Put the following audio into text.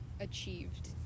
achieved